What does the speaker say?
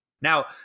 Now